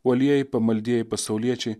uolieji pamaldieji pasauliečiai